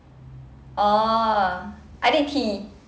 oh I did T